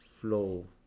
flow